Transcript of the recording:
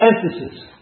emphasis